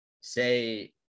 say